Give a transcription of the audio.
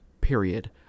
period